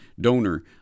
donor